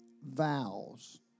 vows